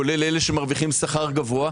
כולל אלה שמרוויחים שכר גבוה,